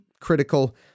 critical